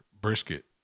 brisket